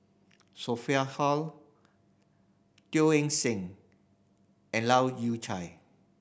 Sophia Hull Teo Eng Seng and Leu Yew Chye